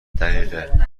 دقیقه